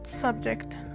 subject